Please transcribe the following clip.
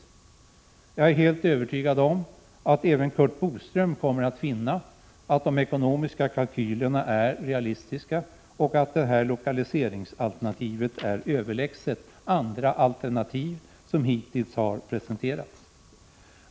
Jag är helt övertygad om att även Curt Boström kommer att finna att de ekonomiska kalkylerna är realistiska och att detta lokaliseringsalternativ är överlägset andra alternativ som hittills har presenterats.